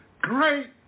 great